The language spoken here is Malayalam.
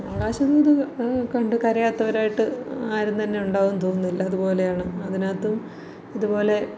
ആകാശദൂത് കണ്ട് കരയാത്തവരായിട്ട് ആരും തന്നെ ഉണ്ടാവൂന്ന് തോന്നുന്നില്ല അതുപോലെയാണ് അതിനകത്തും ഇതുപോലെ